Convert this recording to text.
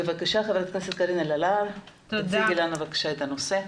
בבקשה ח"כ קארין אלהרר, תציגי לנו את הנושא.